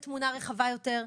לתת תמונה רחבה יותר.